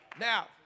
Now